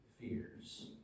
fears